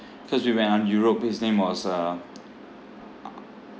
cause we went on europe his name was uh